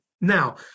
Now